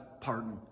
pardon